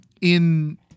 in-